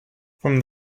from